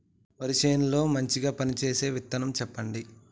వరి చేను లో మంచిగా పనిచేసే విత్తనం చెప్పండి?